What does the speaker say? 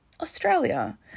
Australia